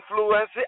influence